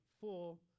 full